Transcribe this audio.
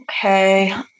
Okay